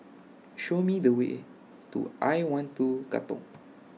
Show Me The Way to I one two Katong